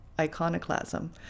iconoclasm